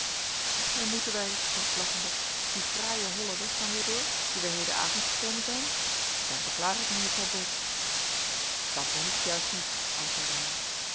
en moeten wij vroeg ik lachende dien fraaien hollen weg dan weer door dien wij hedenavond gekomen zijn dan beklaag ik mejuffrouw bos dat behoeft juist niet antwoordde hij